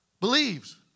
believes